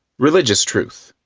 religious truth.